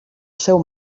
seu